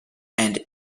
and